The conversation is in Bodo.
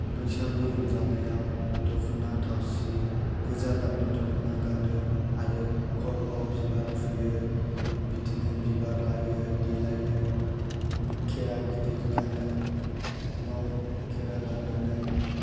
बैसागु रंजानायाव दखना थावसि गोजा गाबनि दखना गानो आरो खर'आव बिबार थुयो बिब्दिनो बिबार लायो देलायो खेरा गिदिर गानो खेरा गाननानै